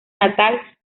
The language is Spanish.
natal